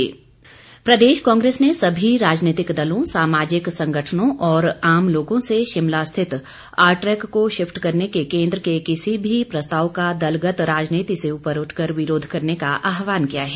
कांग्रेस प्रदेश कांग्रेस ने सभी राजनीतिक दलों सामाजिक संगठनों और आम लोगों से शिमला स्थित आरट्रैक को शिफ्ट करने के केन्द्र के किसी भी प्रस्ताव का दलगत राजनीति से ऊपर उठकर विरोध करने का आहवान किया है